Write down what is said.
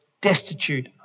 destitute